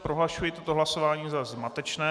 Prohlašuji toto hlasování za zmatečné.